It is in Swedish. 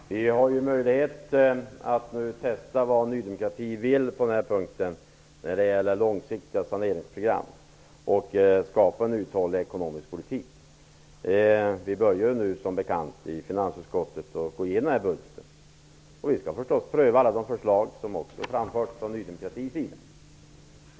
Herr talman! Vi har nu möjlighet att testa vad Ny demokrati vill när det gäller långsiktiga saneringsprogram och önskan att skapa en uthållig ekonomisk politik. Vi börjar nu, som bekant, att i finansutskottet gå igenom den här budgeten. Vi skall förstås pröva alla de förslag som framförts, också dem som kommer från Ny demokratis sida.